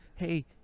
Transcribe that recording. Hey